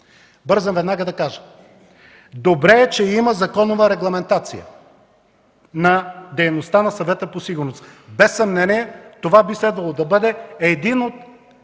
Бързам веднага да кажа: добре е, че има законова регламентация на дейността на Съвета по сигурност. Без съмнение това би следвало да бъде един от